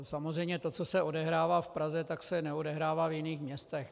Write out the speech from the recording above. Samozřejmě to, co se odehrává v Praze, tak se neodehrává v jiných městech.